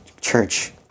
Church